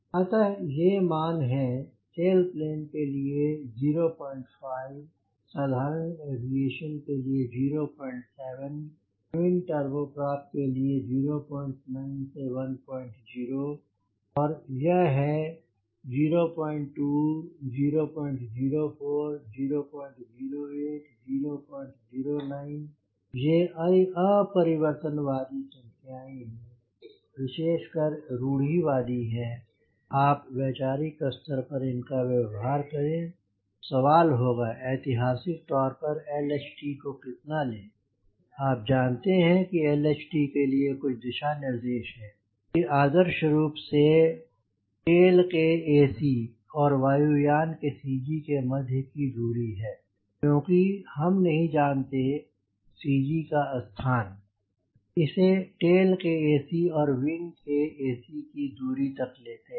अतः ये मान हैं सैलपलेन के लिए 0 5 साधारण एविएशन के लिए 0 7 ट्विन टर्बो प्रॉप के लिए 0 9 1 0 और यह है 0 02 0 04 0 08 0 09 ये अपरिवर्तनवादी संख्याएँ हैं विशेष कर रूढ़िवादी हैं आप वैचारिक स्तर पर इनका व्यवहार करें सवाल होगा ऐतिहासिक तौर पर LHT को कितना लें आप जानते हैं कि LHT के लिए कुछ दिशा निर्देश हैं कि आदर्श रूप से यह टेल के ac और वायु यान के CG के मध्य की दूरी है क्योंकि हम नहीं जानते CG का स्थान इसे टेल के ac से विंग के ac की दूरी तक लेते हैं